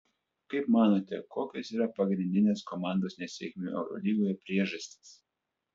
kaip manote kokios yra pagrindinės komandos nesėkmių eurolygoje priežastys